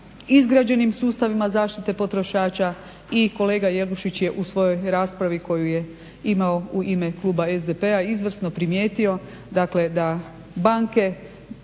izgrađenim sustavima zaštite potrošača. I kolega Jelušić je u svojoj raspravi koju je imao u ime kluba SDP-a izvrsno primijetio da banke,